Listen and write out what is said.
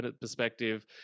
perspective